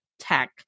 Tech